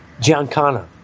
Giancana